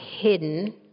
hidden